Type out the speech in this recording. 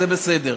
זה בסדר.